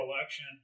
election